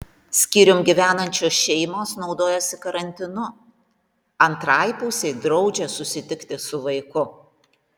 skyrium gyvenančios šeimos naudojasi karantinu antrai pusei draudžia susitikti su vaiku